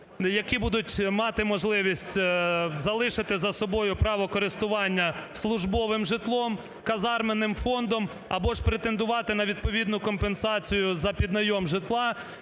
які будуть мати можливість залишити за собою право користування службовим житлом, казарменим фондом або ж претендувати на відповідну компенсацію за піднайом житла